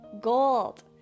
Gold